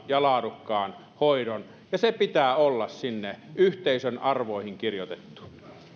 ja laadukkaan hoidon ja sen pitää olla sinne yhteisön arvoihin kirjoitettu